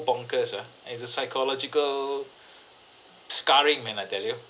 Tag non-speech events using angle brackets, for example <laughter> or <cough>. bonkers ah and the psychological <breath> scarring man I tell you